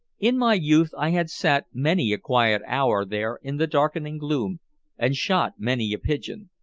in my youth i had sat many a quiet hour there in the darkening gloom and shot many a pigeon,